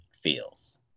feels